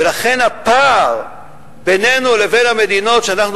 ולכן הפער בינינו לבין המדינות שאנחנו